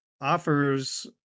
offers